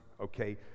Okay